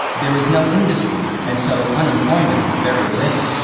there is no industry and so unemployment is very great.